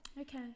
Okay